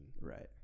right